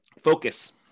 Focus